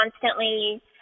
constantly